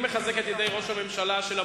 מספיק עם קריאות הביניים.